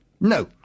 No